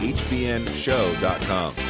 hbnshow.com